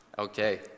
okay